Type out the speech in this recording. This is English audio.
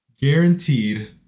guaranteed